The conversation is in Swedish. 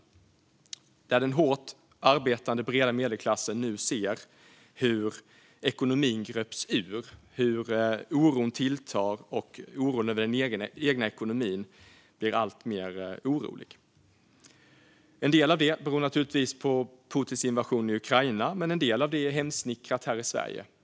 Den hårt arbetande, breda medelklassen ser nu hur ekonomin gröps ur. Oron tilltar, och oron över den egna ekonomin blir allt större. En del av det beror naturligtvis på Putins invasion av Ukraina, men en del av det är hemsnickrat här i Sverige.